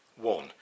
One